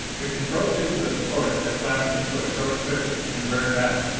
the control tubes of the ports had flashed into a short circuit and burned out.